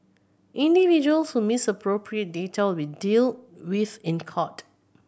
individuals who misappropriate data will be dealt with in court